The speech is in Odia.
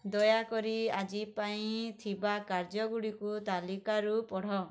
ଦୟାକରି ଆଜି ପାଇଁ ଥିବା କାର୍ଯ୍ୟଗୁଡ଼ିକୁ ତାଲିକାରୁ ପଢ଼